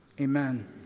Amen